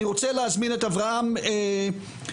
אני רוצה להזמין את אברהם שרנופולסקי,